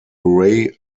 array